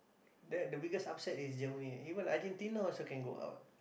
the biggest upset is Germany even Argentina also can go out